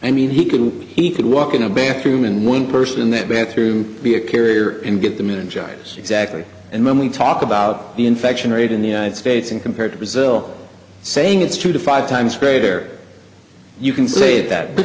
i mean he could he could walk in a bathroom and one person in that bathroom be a carrier and get them in jars exactly and when we talk about the infection rate in the united states and compared to brazil saying it's two to five times greater you can say that but